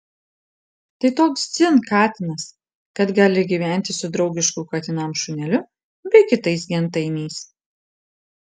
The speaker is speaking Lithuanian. tai toks dzin katinas kad gali gyventi su draugišku katinams šuneliu bei kitais gentainiais